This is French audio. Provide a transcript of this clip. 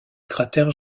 cratère